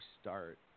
start